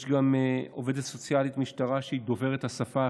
יש גם עובדת סוציאלית במשטרה שהיא דוברת השפה.